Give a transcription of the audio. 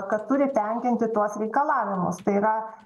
kad turi tenkinti tuos reikalavimus tai yra